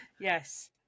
Yes